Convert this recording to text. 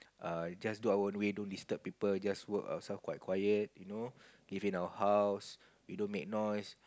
err just do our own way don't disturb people just work ourselves quiet you know live in our house we don't make noise